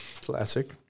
Classic